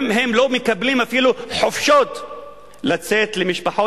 הם לא מקבלים חופשות לצאת למשפחות,